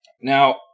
Now